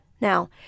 Now